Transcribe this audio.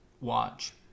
watch